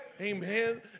Amen